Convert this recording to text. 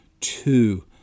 two